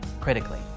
critically